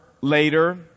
later